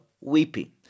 weeping